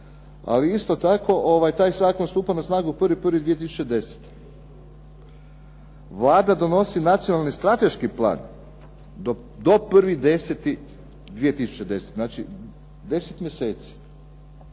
ali isto tako ovaj zakon stupa na snagu 1. 1. 2010. Vlada donosi nacionalni strateški plan do 1. 1. 2010. znači 10 mjeseci.